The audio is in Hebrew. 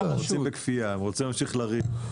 הם רוצים בכפייה, הם רוצים להמשיך לריב.